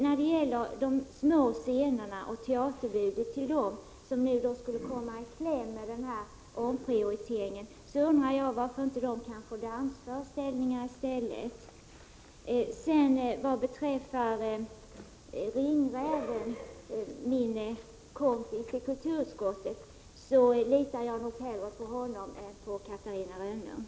När det gäller påståendet att teaterlivet på de små scenerna skulle komma i kläm vid en omprioritering, undrar jag varför dessa inte kan få dansföreställningar i stället. Vad beträffar ”ringräven” — min kompis i kulturutskottet — så litar jag nog hellre på honom än på Catarina Rönnung.